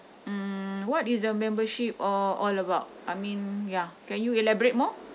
mm what is the membership all all about I mean ya can you elaborate more